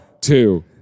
two